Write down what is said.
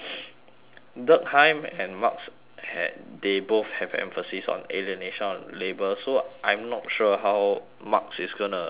durkheim and marx had they both have emphasis on alienation of labour so I'm not sure how marx is gonna fit in